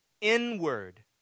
inward